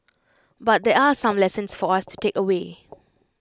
but there are some lessons for us to take away